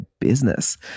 business